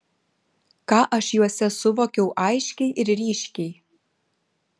ką aš juose suvokiau aiškiai ir ryškiai